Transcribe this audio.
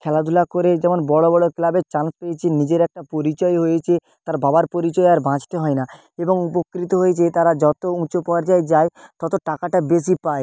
খেলাধুলা করে যেমন বড়ো বড়ো ক্লাবে চান্স পেয়েছে নিজের একটা পরিচয় হয়েছে তার বাবার পরিচয়ে আর বাঁচতে হয় না এবং উপকৃত হয়েছে তারা যতো উঁচু পর্যায়ে যায় ততো টাকাটা বেশি পায়